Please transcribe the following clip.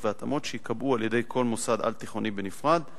והתאמות שייקבעו על-ידי כל מוסד על-תיכוני בנפרד,